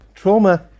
Trauma